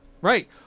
right